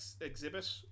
exhibit